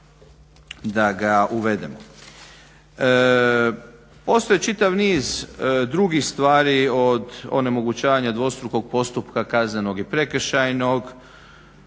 da ga uvedemo. Postoji čitav niz drugih stvari, od onemogućavanja dvostrukog postupka kaznenog i prekršajnog,